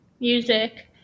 music